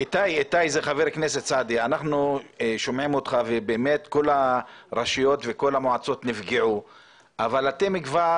אנחנו שומעים אותך ובאמת כל הרשויות וכל המועצות נפגעו אבל אתם כבר